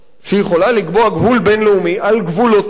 שהיא יכולה לקבוע גבול בין-לאומי על גבולותיה